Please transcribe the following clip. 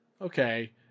Okay